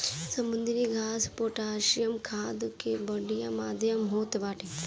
समुद्री घास पोटैशियम खाद कअ बढ़िया माध्यम होत बाटे